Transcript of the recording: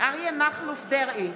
אריה מכלוף דרעי,